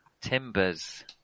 Timbers